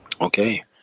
Okay